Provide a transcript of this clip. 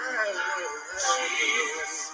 Jesus